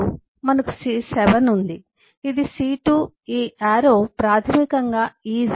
అప్పుడు మనకు C7 ఉంది ఇది C2 ఈ యారో ప్రాథమికంగా IS A